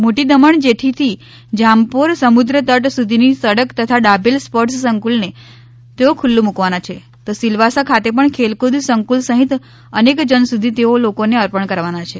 મોટી દમણ જેટી થી જામપોર સમુદ્ર તટ સુધીની સડક તથા ડાભેલ સ્પોર્ટ્સ સંકૂલને તેઓ ખુલ્લુ મૂકવાના છે તો સિલવાસા ખાતે પણ ખેલકૂદ સંકૂલ સહિત અનેક જનસુધી તેઓ લોકો ને અર્પણ કરવાના છે